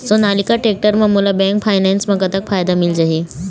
Sonalika tractor म मोला bank finance म कतक फायदा मिल जाही?